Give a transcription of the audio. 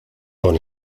con